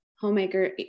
homemaker